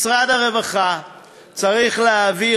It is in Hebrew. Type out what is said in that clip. משרד הרווחה צריך להעביר,